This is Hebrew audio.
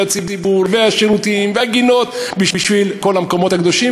הציבור והשירותים והגינות בשביל כל המקומות הקדושים,